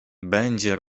będzie